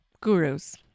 gurus